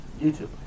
YouTube